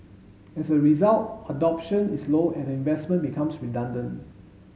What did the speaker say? as a result adoption is low and the investment becomes redundant